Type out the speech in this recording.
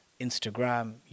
Instagram